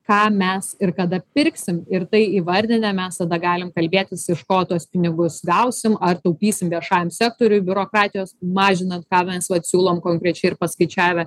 ką mes ir kada pirksim ir tai įvardinę mes tada galim kalbėtis iš ko tuos pinigus gausim ar taupysim viešajam sektoriui biurokratijos mažinant ką mes vat siūlom konkrečiai ir paskaičiavę